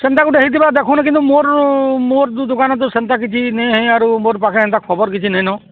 ସେନ୍ତା ଗୋଟେ ହେଇଥିବା ଦେଖନ୍ତୁ କିନ୍ତୁ ମୋର ମୋର ଯେଉଁ ଦୋକାନ ତ ସେନ୍ତା କିଛି ନାଇଁ ହିଁ ଆରୁ ମୋର ପାଖେ ହେନ୍ତା ଖବର କିଛି ନାଇଁନ